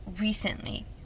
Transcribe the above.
Recently